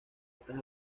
estas